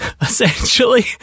essentially